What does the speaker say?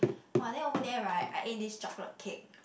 !wah! then over there right I ate this chocolate cake